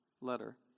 letter